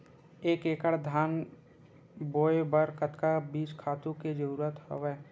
एक एकड़ धान बोय बर कतका बीज खातु के जरूरत हवय?